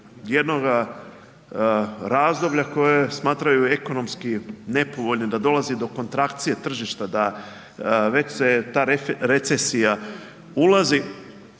jednoga razdoblja koje smatraju ekonomski nepovoljnim, da dolazi do kontrakcije tržišta da već se ta recesija ulazi.